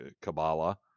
Kabbalah